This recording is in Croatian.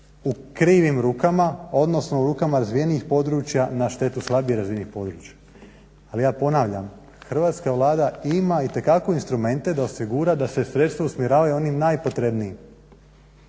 u krivim rukama, odnosno u rukama razvijenijih područja na štetu slabije razvijenih područja. Ali ja ponavljam Hrvatska vlada ima itekako instrumente da osigura da se sredstva usmjeravaju onim najpotrebnijim.